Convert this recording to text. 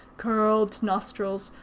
curled nostrils,